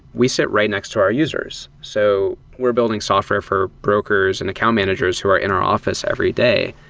we sat right next to our users. so we're building software for brokers and account managers who are in our office every day,